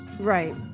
right